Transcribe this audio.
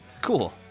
Cool